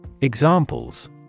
Examples